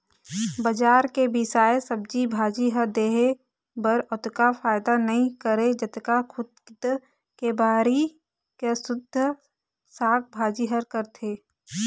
बजार के बिसाए सब्जी भाजी ह देहे बर ओतका फायदा नइ करय जतका खुदे के बाड़ी के सुद्ध साग भाजी ह करथे